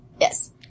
Yes